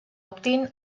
optin